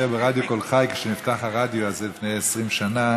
ברדיו קול חי כשנפתח הרדיו לפני 20 שנה,